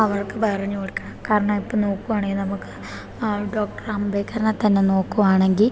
അവർക്ക് പറഞ്ഞുകൊടുക്കണം കാരണം ഇപ്പം നോക്കുവാണേൽ നമുക്ക് ഡോക്ടർ അംബേദ്കറിനെ തന്നെ നോക്കുവാണെങ്കിൽ